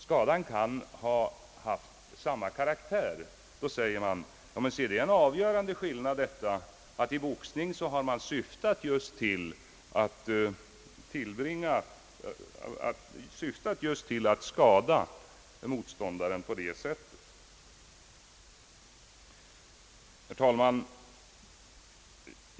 Skadan kan ha haft samma karaktär, men ändå säger man att den avgörande skillnaden är att man inom boxningen just har siktat till att skada motståndaren. Herr talman!